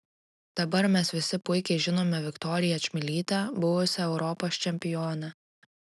dabar mes visi puikiai žinome viktoriją čmilytę buvusią europos čempionę